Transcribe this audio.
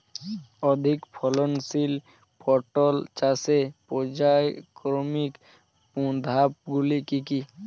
অধিক ফলনশীল পটল চাষের পর্যায়ক্রমিক ধাপগুলি কি কি?